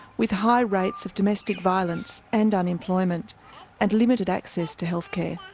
with high rates of domestic violence and unemployment and limited access to health care.